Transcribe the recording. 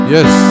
Yes